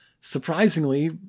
surprisingly